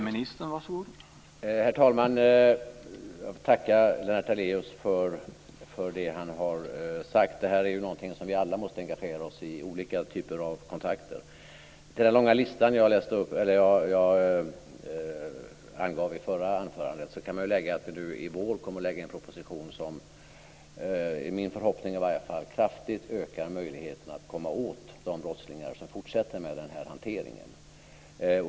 Herr talman! Jag tackar Lennart Daléus för det han har sagt. Olika typer av kontakter är något som vi alla måste engagera oss i. Till den lista jag räknade upp i mitt förra anförande kan jag föra att vi i vår ska lägga fram en proposition med förslag som - det är min förhoppning - kommer att kraftigt öka möjligheterna att komma åt de brottslingar som fortsätter med denna hantering.